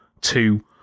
two